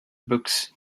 books